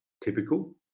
typical